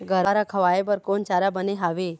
गरवा रा खवाए बर कोन चारा बने हावे?